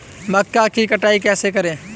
मक्का की कटाई कैसे करें?